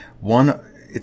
one